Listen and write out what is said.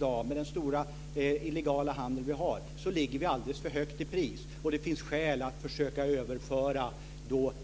Men med den stora illegala handel vi har i dag ligger vi alldeles uppenbarligen för högt i pris. Det finns skäl att försöka överföra